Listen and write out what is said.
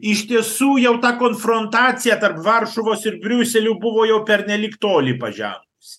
iš tiesų jau ta konfrontacija tarp varšuvos ir briuselio buvo jau pernelyg toli pažengus